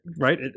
Right